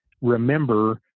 remember